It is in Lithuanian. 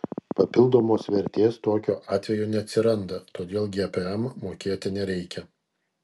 papildomos vertės tokiu atveju neatsiranda todėl gpm mokėti nereikia